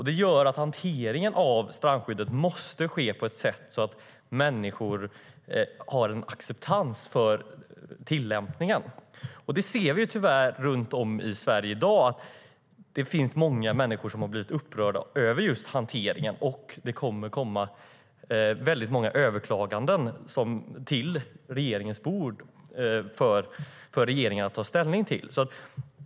Det gör att hanteringen av strandskyddet måste ske på ett sådant sätt att människor har en acceptans för tillämpningen. Tyvärr ser vi i dag, runt om i Sverige, att det finns många människor som har blivit upprörda över just hanteringen, och det kommer att komma många överklaganden som regeringen ska ta ställning till.